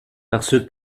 parce